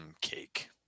cake